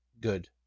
good